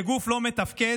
כשגוף לא מתפקד,